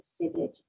considered